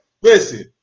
listen